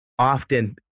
often